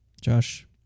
Josh